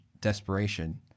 desperation